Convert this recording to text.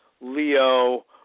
Leo